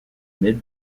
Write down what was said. mid